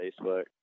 Facebook